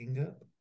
up